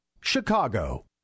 Chicago